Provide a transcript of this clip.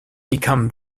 become